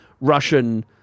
Russian